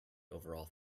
overall